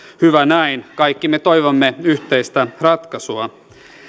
hyvä näin kaikki me toivomme yhteistä ratkaisua